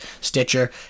Stitcher